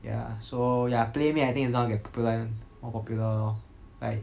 ya so ya playmade I think it's gonna get popular more popular lor like